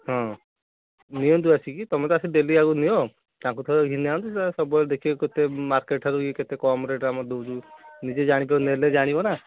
ହଁ ନିଅନ୍ତୁ ଆସିକି ତମେ ତ ଆସି ଡେଲି ଆଗରୁ ନିଅ ତାଙ୍କୁ ଥରେ ଘିନି ଆସ ସବୁଆଡ଼େ ଦେଖିବେ କେତେ ମାର୍କେଟ୍ ଠାରୁ ଇଏ କେତେ କମ୍ ରେଟ୍ ଆମର ଦେଉଛି ନିଜେ ଜାଣିପାରିଲେ ଏବେ ଜାଣିବନା